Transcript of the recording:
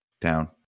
down